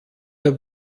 der